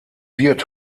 wird